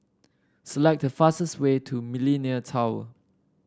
select the fastest way to Millenia Tower